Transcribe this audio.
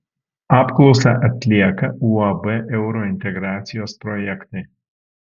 apklausą atlieka uab eurointegracijos projektai